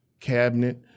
cabinet